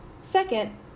Second